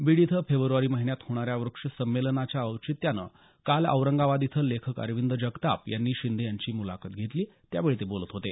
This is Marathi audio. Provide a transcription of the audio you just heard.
बिड इथं फेब्रवारी महिन्यात होणाऱ्या वृक्ष संमेलनाच्या औचित्यानं काल औरंगाबाद इथं लेखक अरविंद जगताप यांनी शिंदे यांची मुलाखत घेतली त्यावेळी ते बोलत होते